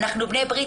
אנחנו בני ברית,